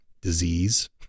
disease